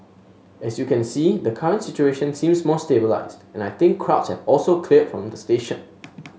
as you can see the current situation seems more stabilised and I think crowds have also cleared from the station